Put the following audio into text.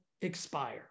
expire